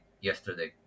yesterday